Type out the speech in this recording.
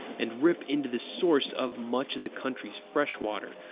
and rip into the source of much of the country's fresh water,